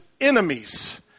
enemies